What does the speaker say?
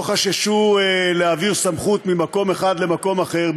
לא חששו להעביר סמכות ממקום אחד למקום אחר,